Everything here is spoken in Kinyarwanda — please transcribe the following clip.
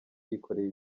yikoreye